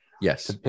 Yes